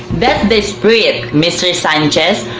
that's the spirit mr. sanchez.